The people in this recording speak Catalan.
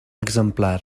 exemplar